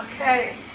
Okay